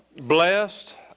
blessed